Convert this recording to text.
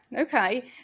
Okay